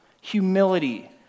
humility